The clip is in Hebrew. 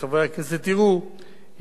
חברי הכנסת יראו,